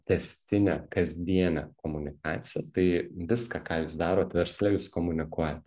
tęstinė kasdienė komunikacija tai viską ką jūs darot versle jūs komunikuojant